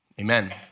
amen